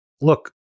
look